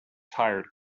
tired